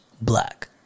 black